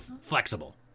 flexible